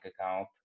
account